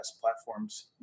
platforms